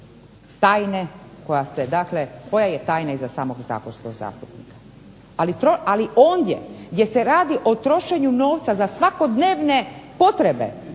koja je tajna iza samog saborskog zastupnika. Ali ondje gdje se radi o trošenju novca za svakodnevne potrebe,